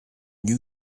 new